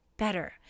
Better